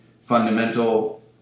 fundamental